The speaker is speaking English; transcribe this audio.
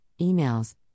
emails